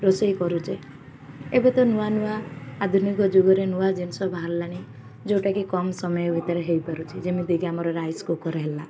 ରୋଷେଇ କରୁଛେ ଏବେ ତ ନୂଆ ନୂଆ ଆଧୁନିକ ଯୁଗରେ ନୂଆ ଜିନିଷ ବାହାରିଲାନି ଯେଉଁଟାକି କମ୍ ସମୟ ଭିତରେ ହେଇପାରୁଛି ଯେମିତିକି ଆମର ରାଇସ୍ କୁକର୍ ହେଲା